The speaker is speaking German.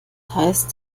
heißt